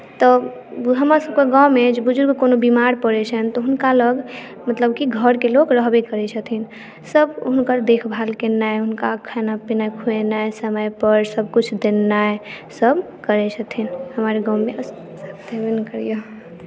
तऽ हमरसभके गाममे जे बुजुर्ग कोनो बीमार पड़ैत छनि तऽ हुनका लग मतलब कि घरके लोक रहबे करैत छथिन सभ हुनकर देखभाल केनाइ हुनकर खाना पीना खुएनाइ हुनका समयपर सभ किछु देनाइ सभ करैत छथिन हमर गाममे